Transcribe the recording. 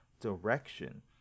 direction